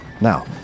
Now